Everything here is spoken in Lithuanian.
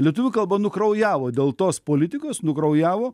lietuvių kalba nukraujavo dėl tos politikos nukraujavo